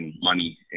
money